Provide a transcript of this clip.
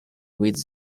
with